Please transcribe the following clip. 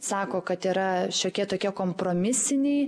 sako kad yra šiokie tokie kompromisiniai